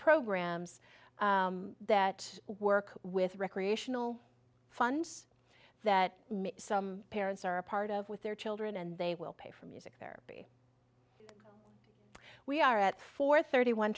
programs that work with recreational funds that some parents are a part of with their children and they will pay for music therapy we are at four thirty one